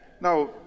Now